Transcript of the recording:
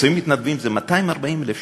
20 מתנדבים זה 240,000 שקלים,